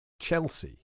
Chelsea